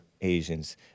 Asians